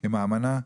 עם האמנה?